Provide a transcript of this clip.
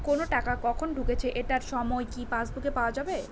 কোনো টাকা কখন ঢুকেছে এটার সময় কি পাসবুকে পাওয়া যাবে?